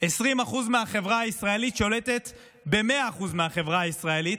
20% מהחברה הישראלית שולטת ב-100% מהחברה הישראלית,